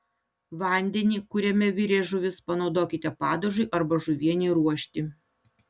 vandenį kuriame virė žuvis panaudokite padažui arba žuvienei ruošti